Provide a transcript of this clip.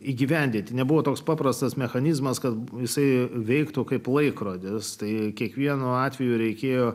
įgyvendinti nebuvo toks paprastas mechanizmas kad jisai veiktų kaip laikrodis tai kiekvienu atveju reikėjo